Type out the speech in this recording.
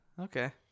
Okay